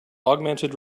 augmented